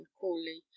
coolly